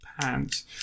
Pants